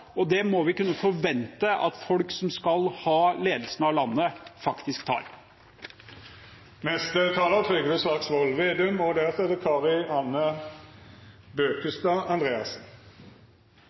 og det må vi kunne forvente at folk som skal ha ledelsen av landet, faktisk tar.